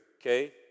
okay